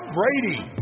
Brady